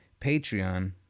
Patreon